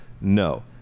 No